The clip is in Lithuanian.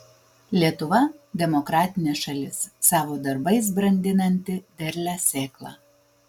lietuva demokratinė šalis savo darbais brandinanti derlią sėklą